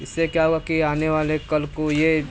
इससे क्या होगा कि आने वाले कल को यह